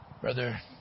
Brother